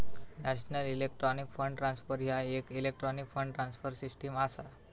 national electronic fund transfer ह्या येक electronic fund transfer system असा